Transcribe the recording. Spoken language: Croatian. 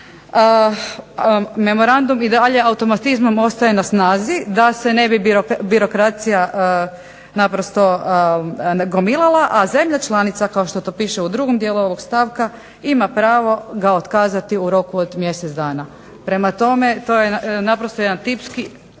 memorandum i dalje automatizmom ostaje na snazi, da se ne bi birokracija naprosto nagomilala, a zemlja članica kao što to piše u drugom dijelu ovog stavka ima pravo ga otkazati u roku od mjesec dana. Prema tome to je naprosto jedan tipski.